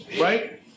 right